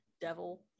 devil